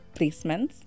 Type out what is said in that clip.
placements